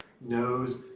knows